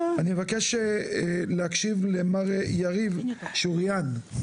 אני מבקש להקשיב למר יריב שוריאן.